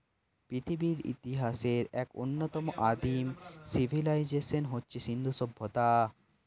পৃথিবীর ইতিহাসের এক অন্যতম আদিম সিভিলাইজেশন হচ্ছে সিন্ধু সভ্যতা